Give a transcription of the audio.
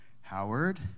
Howard